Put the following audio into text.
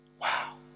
Wow